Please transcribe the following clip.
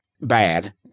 Bad